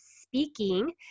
speaking